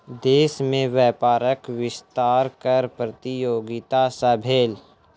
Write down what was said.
देश में व्यापारक विस्तार कर प्रतियोगिता सॅ भेल